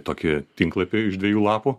tokį tinklapį iš dviejų lapų